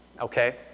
okay